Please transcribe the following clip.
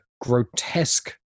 grotesque